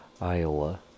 Iowa